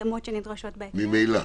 ההתאמות שנדרשות -- ממילא.